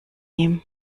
ihm